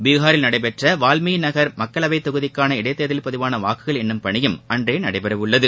பீகாரில் நடைபெற்ற வால்மீகி நகர் மக்களவை தொகுதிக்கான இடைத்தேர்தலில் பதிவான வாக்குகள் எண்ணும் பணியும் அன்றே நடைபெறவுள்ளது